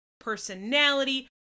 personality